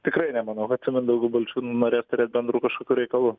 tikrai nemanau kad su mindaugu balčiūnu norės turėt bendrų kažkokių reikalų